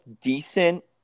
decent